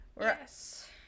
Yes